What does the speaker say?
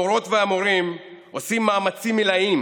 המורות והמורים עושים מאמצים עילאיים